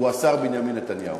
הוא השר בנימין נתניהו,